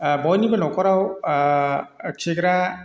बयनिबो न'खराव खिग्रा